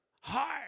hard